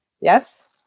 Yes